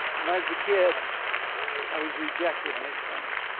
when i was a kid i was rejected and made fun of.